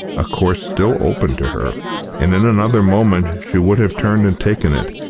a course still open to her and in another moment she would have turned and taken it,